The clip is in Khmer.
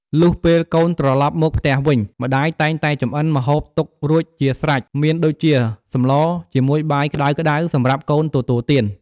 លុះពេលកូនត្រឡប់មកផ្ទះវិញ ម្តាយតែងតែចម្អិនម្ហូបទុករួចជាស្រាច់មានដូចជាសម្លរជាមួយបាយក្ដៅៗសម្រាប់កូនទទួលទាន។